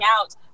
out